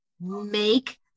make